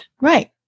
Right